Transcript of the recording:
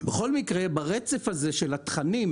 ברצף הזה של התכנים,